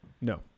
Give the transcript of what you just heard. no